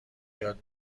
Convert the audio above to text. یاد